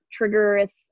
triggerous